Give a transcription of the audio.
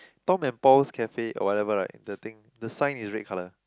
Tom and Paul's Cafe or whatever right the thing the sign is red colour